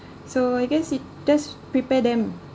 so I guess it just prepare them